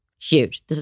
Huge